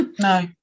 No